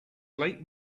late